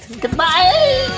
Goodbye